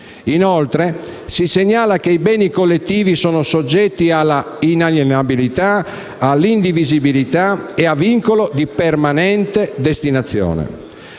inoltre, che i beni collettivi sono soggetti alla inalienabilità, alla indivisibilità e a vincolo di permanente destinazione.